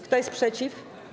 Kto jest przeciw?